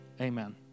Amen